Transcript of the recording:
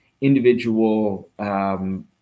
individual